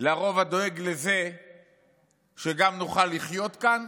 לרוב הדואג לזה שגם נוכל לחיות כאן